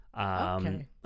Okay